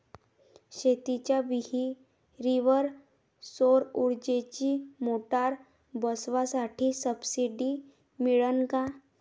शेतीच्या विहीरीवर सौर ऊर्जेची मोटार बसवासाठी सबसीडी मिळन का?